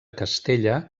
castella